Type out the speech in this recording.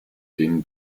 denen